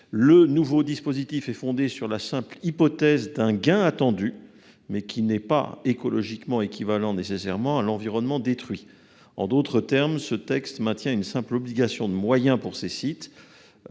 Le nouveau dispositif est fondé sur la simple hypothèse d'un gain attendu, mais qui n'est pas nécessairement écologiquement équivalent à l'environnement détruit. En d'autres termes, ce texte maintient une simple obligation de moyens pour ces sites.